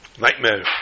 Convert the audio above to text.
nightmare